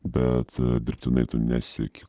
bet dirbtinai tu nesieki